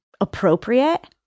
appropriate